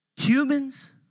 Humans